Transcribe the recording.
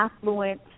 affluent